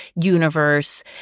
universe